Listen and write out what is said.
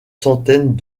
centaines